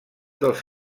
dels